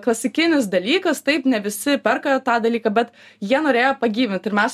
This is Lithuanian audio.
klasikinis dalykas taip ne visi perka tą dalyką bet jie norėjo pagyvint ir mes